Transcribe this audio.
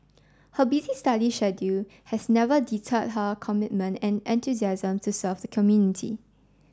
her busy study schedule has never deterred her commitment and enthusiasm to serve the community